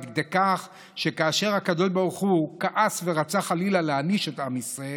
עד כדי כך שכאשר הקב"ה כעס ורצה חלילה להעניש את עם ישראל,